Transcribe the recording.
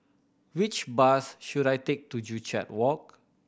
which bus should I take to Joo Chiat Walk